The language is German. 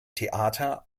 theater